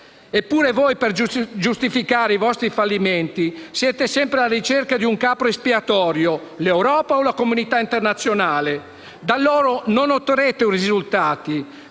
Eppure voi, per giustificare i vostri fallimenti, siete sempre alla ricerca di un capro espiatorio: l'Europa o la comunità internazionale. Da loro non otterrete risultati;